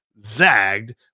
zagged